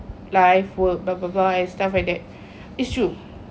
life work blah blah blah and stuff like it's true